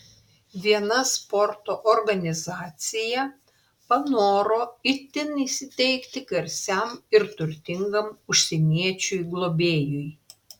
viena sporto organizacija panoro itin įsiteikti garsiam ir turtingam užsieniečiui globėjui